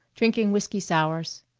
drinking whiskey sours.